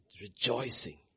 rejoicing